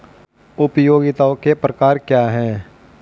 उपयोगिताओं के प्रकार क्या हैं?